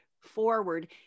forward